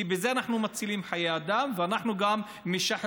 כי בזה אנחנו מצילים חיי אדם ואנחנו גם משחררים